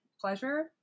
pleasure